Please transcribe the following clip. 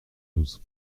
douze